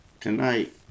tonight